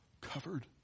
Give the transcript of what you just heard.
Covered